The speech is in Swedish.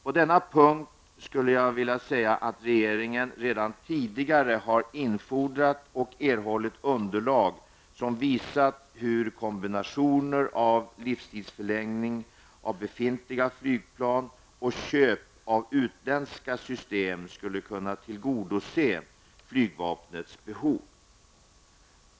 På denna punkt skulle jag vilja säga att regeringen redan tidigare har infordrat och erhållit underlag som visar hur kombinationer av livstidsförlängning av befintliga flygplan och köp av utländska system skulle kunna tillgodose flygvapnets behov.